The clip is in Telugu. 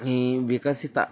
ఈ వికసిత